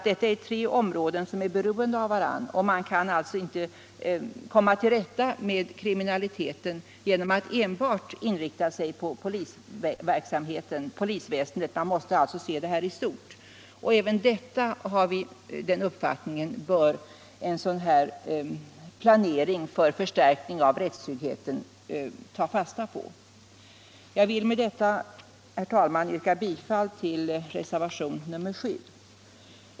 Detta är tre områden som är beroende av varandra, och man kan alltså inte komma till rätta med kriminaliteten genom att enbart inrikta sig på polisväsendet utan måste se förhållandena i stort. Även detta — vi har den uppfattningen — bör en planering för rättstryggheten ta fasta på. Jag vill med detta, herr talman, yrka bifall till reservationen 7.